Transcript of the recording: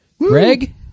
Greg